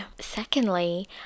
Secondly